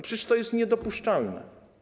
Przecież to jest niedopuszczalne.